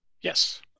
Yes